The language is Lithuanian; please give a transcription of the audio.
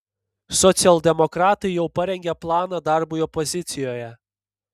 socialdemokratai jau parengė planą darbui opozicijoje